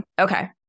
Okay